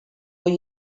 ohi